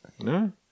No